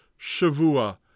Shavua